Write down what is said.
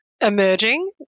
emerging